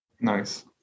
Nice